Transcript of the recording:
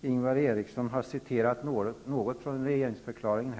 Ingvar Eriksson har tidigare här citerat en del från regeringsförklaringen.